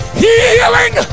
healing